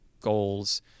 goals